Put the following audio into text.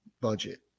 budget